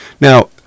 Now